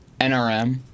NRM